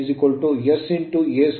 ಮತ್ತು ಈ ಬದಿಯಲ್ಲಿ ಪ್ರಸ್ತುತ I2'